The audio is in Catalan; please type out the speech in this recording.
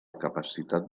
capacitat